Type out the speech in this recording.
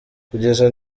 kugeza